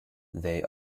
they